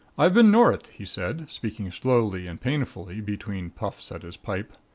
i've been north, he said, speaking slowly and painfully between puffs at his pipe.